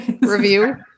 review